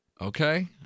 Okay